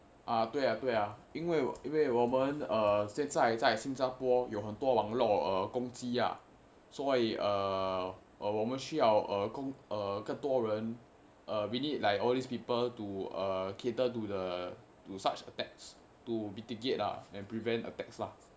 啊对啊对啊因为我因为我们现在在新加坡有很多网络攻击啊哦我们需要哦公哦更多多人 we need like all these people to uh cater to the to such attempts to mitigate ah and prevent attacks lah